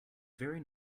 very